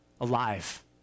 alive